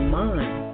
mind